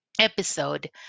episode